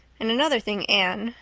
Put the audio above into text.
and another thing, anne,